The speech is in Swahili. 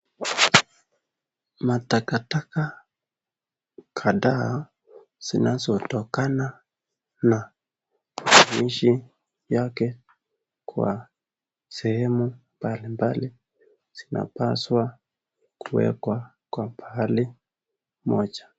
Matakataka kadhaa zinazo tokana na yake kwa sehemu mbalimbali zinapaswa kuwekwa kwa pahali moja.